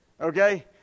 okay